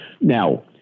Now